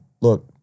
look